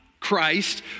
Christ